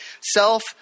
Self